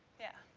yeah. oh,